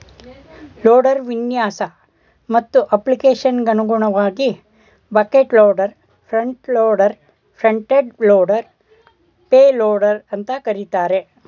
loader ವಿನ್ಯಾಸ ಮತ್ತು ಅಪ್ಲಿಕೇಶನ್ಗನುಗುಣವಾಗಿ bucket loader front loader front end loader payloader ಅಂತ ಕರೀತಾರೆ